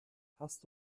hast